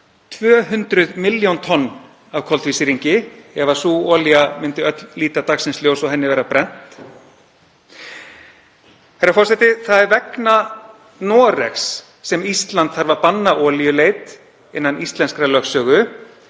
200 milljón tonn af koltvísýringi ef sú olía myndi öll líta dagsins ljós og henni yrði brennt. Herra forseti. Það er vegna Noregs sem Ísland þarf að banna olíuleit innan íslenskrar lögsögu,